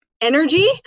energy